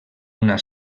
una